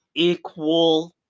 Equal